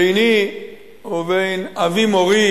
ביני ובין אבי-מורי,